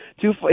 two